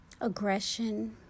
aggression